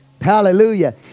Hallelujah